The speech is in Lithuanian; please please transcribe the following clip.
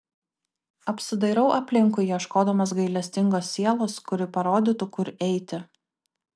apsidairau aplinkui ieškodamas gailestingos sielos kuri parodytų kur eiti